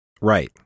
Right